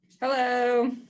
Hello